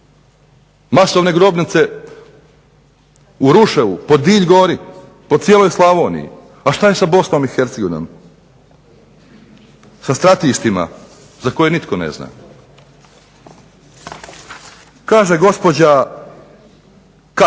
masovne grobnice u Ruševu, po Dilj gori, po cijeloj Slavoniji. A šta je sa Bosnom i Hercegovinom sa stratištima za koje nitko ne zna. Kaže gospođa Katka